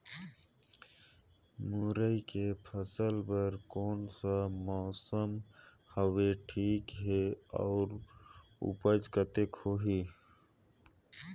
मुरई के फसल बर कोन सा मौसम हवे ठीक हे अउर ऊपज कतेक होही?